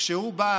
כשהוא היה